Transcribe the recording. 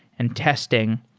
and testing.